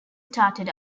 started